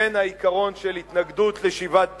בין שזה העיקרון של ההתנגדות לשיבת פליטים,